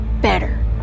better